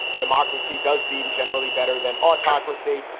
democracy does seem generally better than autocracy.